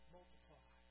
Multiply